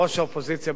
ראש האופוזיציה.